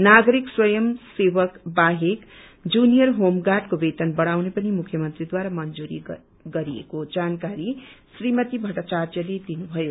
नागरिक स्वयं सेवक बाहेक जुनियर होम गार्डको केतन बढ़ाउने पनि मुख्यमन्त्रीद्वारा मंजूरी गरिएको जानकारी श्रीमती मट्टाचार्यले दिनुभयो